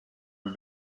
are